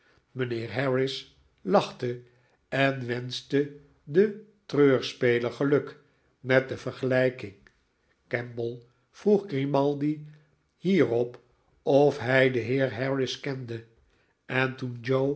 mijnheer harris lachte en wenschte den treurspeler geluk met de vergelijking kemble vroeg grimaldi hierop of hij den heer harris kende en toen